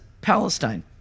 Palestine